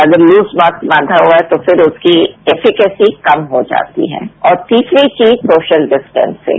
अगर loose mask बांधा हुआ है तो फिर उसकी कैपिसिटी कम हो जाती है और तीसरी चीज सोशल डिस्टेंसिंग